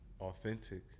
authentic